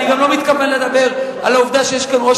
אני גם לא מתכוון לדבר על העובדה שיש כאן ראש